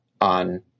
on